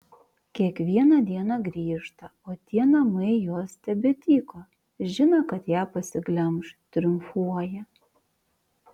kiekvieną dieną grįžta o tie namai jos tebetyko žino kad ją pasiglemš triumfuoja